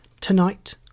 Tonight